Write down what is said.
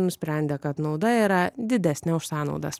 nusprendė kad nauda yra didesnė už sąnaudas